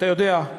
אתה יודע,